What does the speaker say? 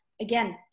again